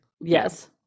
yes